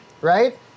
right